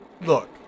look